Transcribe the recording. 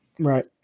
Right